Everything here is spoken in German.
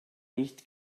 nicht